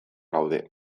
gaude